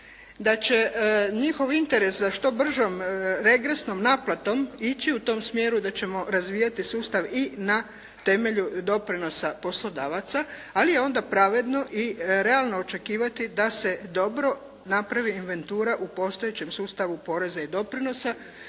da će njihov interes za što bržom regresnom naplatom ići u tom smjeru da ćemo razvijati sustav i na temelju doprinosa poslodavaca, ali je onda pravedno i realno očekivati da se dobro napravi inventura u postojećem sustavu poreza i doprinosa